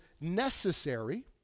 necessary